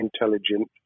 intelligent